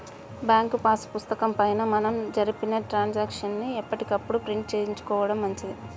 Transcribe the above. bank pass పుస్తకం పైన మనం జరిపిన ట్రాన్సాక్షన్స్ ని ఎప్పటికప్పుడు ప్రింట్ చేయించుకోడం మంచిది